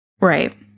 Right